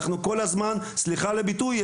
אנחנו כל הזמן סליחה על הביטוי,